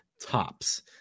tops